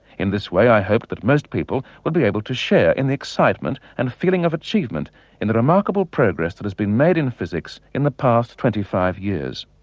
in this way, i hoped that most people would be able to share in the excitement and feeling of achievement in the remarkable progress that has been made in physics in the past twenty five years.